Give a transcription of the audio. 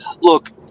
Look